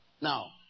Now